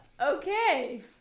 okay